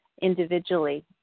individually